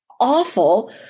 awful